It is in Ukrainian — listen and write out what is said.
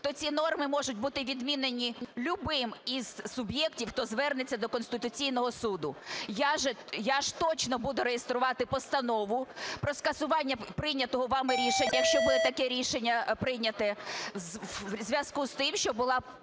то ці норми можуть бути відмінені любим із суб'єктів, хто звернеться до Конституційного Суду. Я ж точно буду реєструвати постанову про скасування прийнятого вами рішення, якщо буде таке рішення прийняте, у зв'язку з тим, що була